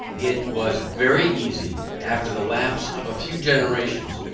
it was very easy, after the lapse of a few generations,